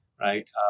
right